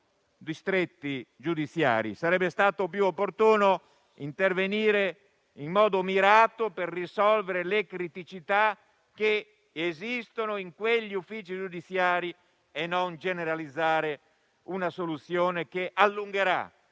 distretti giudiziari. Sarebbe stato più opportuno intervenire in modo mirato, per risolvere le criticità che esistono in quegli uffici giudiziari e non generalizzare una soluzione che allungherà